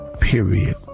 Period